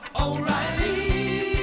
O'Reilly